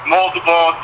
multiple